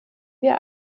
wir